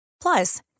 Plus